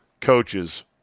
coaches